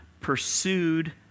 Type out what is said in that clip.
pursued